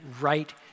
right